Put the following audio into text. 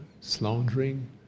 slandering